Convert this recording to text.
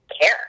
care